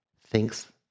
thinks